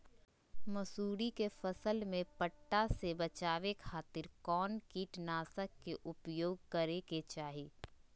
मसूरी के फसल में पट्टा से बचावे खातिर कौन कीटनाशक के उपयोग करे के चाही?